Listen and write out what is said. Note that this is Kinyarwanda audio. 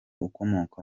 ukomoka